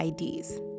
IDs